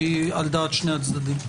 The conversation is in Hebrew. שהיא על דעת שני הצדדים.